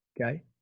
Okay